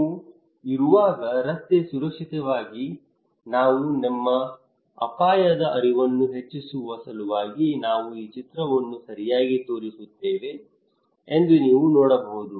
ನಾವು ಇರುವಾಗ ರಸ್ತೆ ಸುರಕ್ಷತೆಗಾಗಿ ನಾವು ನಿಮ್ಮ ಅಪಾಯದ ಅರಿವನ್ನು ಹೆಚ್ಚಿಸುವ ಸಲುವಾಗಿ ನಾವು ಈ ಚಿತ್ರವನ್ನು ಸರಿಯಾಗಿ ತೋರಿಸುತ್ತೇವೆ ಎಂದು ನೀವು ನೋಡಬಹುದು